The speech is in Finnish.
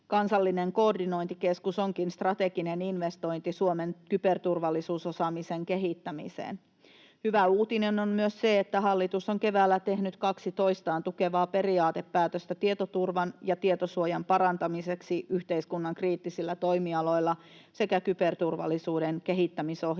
Kansallinen koordinointikeskus onkin strateginen investointi Suomen kyberturvallisuusosaamisen kehittämiseen. Hyvä uutinen on myös se, että hallitus on keväällä tehnyt kaksi toistaan tukevaa periaatepäätöstä tietoturvan ja tietosuojan parantamiseksi yhteiskunnan kriittisillä toimialoilla sekä kyberturvallisuuden kehittämisohjelmaksi.